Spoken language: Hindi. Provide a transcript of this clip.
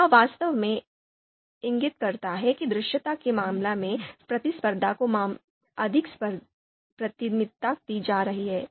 यह वास्तव में इंगित करता है कि दृश्यता के मामले में प्रतिस्पर्धा को अधिक प्राथमिकता दी जा रही है